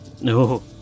No